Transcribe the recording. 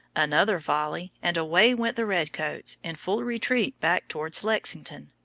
another volley, and away went the red-coats in full retreat back towards lexington,